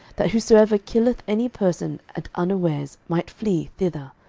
that whosoever killeth any person at unawares might flee thither,